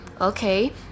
okay